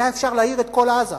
היה אפשר להאיר את כל עזה.